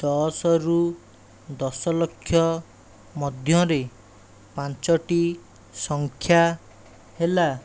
ଦଶ ରୁ ଦଶ ଲକ୍ଷ ମଧ୍ୟରେ ପାଞ୍ଚଟି ସଂଖ୍ୟା ହେଲା